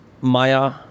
Maya